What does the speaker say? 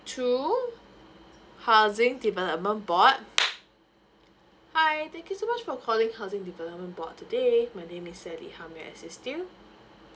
two housing development board hi thank you so much for calling housing development board today my name is sally how may I assist you